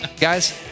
Guys